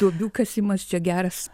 duobių kasimas čia geras